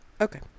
Okay